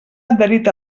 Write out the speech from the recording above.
adherit